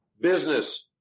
business